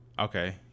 Okay